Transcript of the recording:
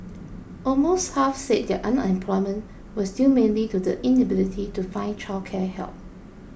almost half said their unemployment was due mainly to the inability to find childcare help